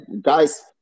guys